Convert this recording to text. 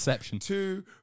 two